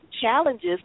challenges